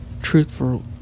Truthful